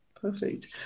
Perfect